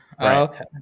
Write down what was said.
Okay